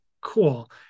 cool